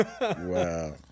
wow